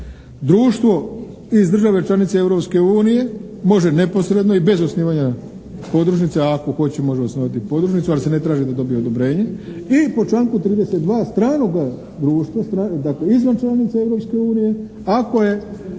Društvo iz države članice Europske unije može neposredno i bez osnivanja podružnice, ako hoće može osnovati podružnicu, ali se ne traži da dobije odobrenje i po članku 32. stranoga društva, dakle izvan članica Europske